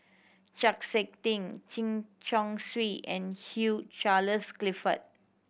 Chng Seok Tin Chen Chong Swee and Hugh Charles Clifford